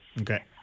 Okay